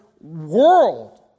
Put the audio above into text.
world